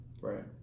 right